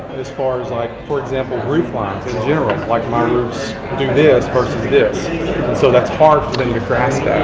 as far as, like for example, roof lines, in general. like my roofs do this versus this. and so that's hard for them to grasp that.